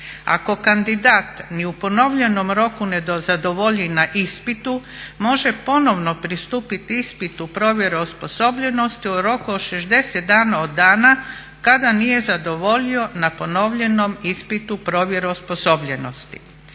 Ako kandidat ni u ponovljenom roku ne zadovolji na ispitu može ponovno pristupiti ispitu provjere osposobljenosti u roku od 60 dana od dana kada nije zadovoljio na ponovljenom ispitu provjeru osposobljenosti.